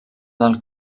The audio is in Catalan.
del